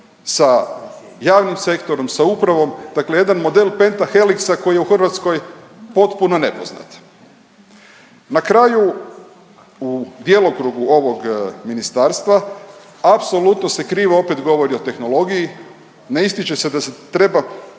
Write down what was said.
sa javnim sektorom, sa upravom dakle jedan model pentahelixa koji je u Hrvatskoj potpuno nepoznat. Na kraju u djelokrugu ovog ministarstva apsolutno se opet krivo govori o tehnologiji, ne ističe se da treba